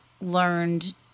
learned